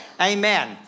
Amen